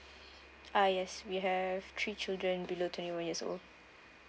uh yes we have three children below twenty one years old